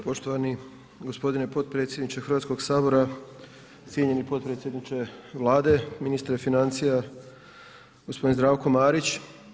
Poštovani gospodine potpredsjedniče Hrvatskog sabora, cijenjeni potpredsjedniče Vlade, ministre financije gospodine Zdravko Marić.